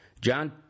john